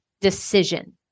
decision